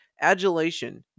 adulation